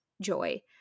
joy